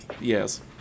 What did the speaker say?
Yes